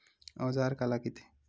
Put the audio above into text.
औजार काला कइथे?